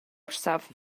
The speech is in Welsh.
orsaf